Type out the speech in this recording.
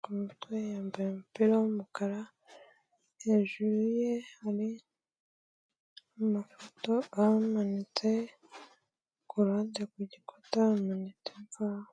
ku mutwe yambaye umupira w'umukara, hejuru ye hari amafoto ahamanitse ku ruhande ku gikuta hamanitse imvaho.